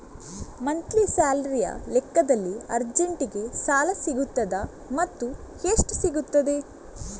Monthly ಸ್ಯಾಲರಿಯ ಲೆಕ್ಕದಲ್ಲಿ ಅರ್ಜೆಂಟಿಗೆ ಸಾಲ ಸಿಗುತ್ತದಾ ಮತ್ತುಎಷ್ಟು ಸಿಗುತ್ತದೆ?